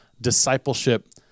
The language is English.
discipleship